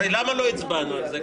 הרי למה לא הצבענו על זה?